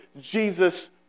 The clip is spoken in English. Jesus